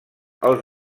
als